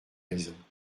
raisons